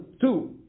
two